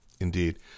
Indeed